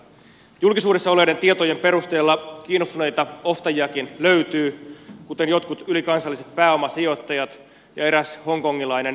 julkisuudessa olleiden tietojen perusteella kiinnostuneita ostajiakin löytyy kuten jotkut ylikansalliset pääomasijoittajat ja eräs hongkongilainen miljardööri